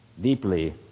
deeply